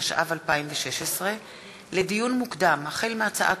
התשע"ו 2016. לדיון מוקדם: החל בהצעת